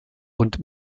und